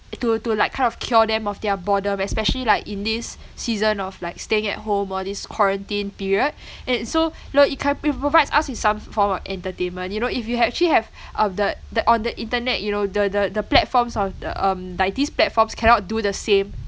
to to like kind of cure them of their boredom especially like in this season of like staying at home all this quarantine period and so you know it can it provides us with some form of entertainment you know if you actually have uh the on the internet you know the the the platforms of the um like these platforms cannot do the same